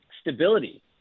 stability